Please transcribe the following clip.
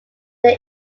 they